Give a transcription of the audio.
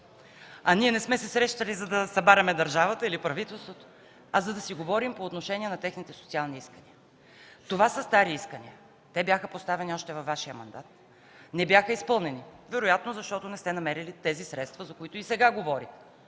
Ние не сме се срещали, за да събаряме държавата или правителството, а за да си говорим по отношение на техните социални искания. Това са стари искания, те бяха поставени още във Вашия мандат; не бяха изпълнени, вероятно защото не сте намерили тези средства, за които и сега говорим.